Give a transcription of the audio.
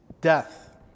death